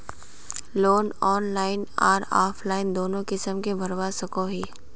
Loan online आर offline दोनों किसम के भरवा सकोहो ही?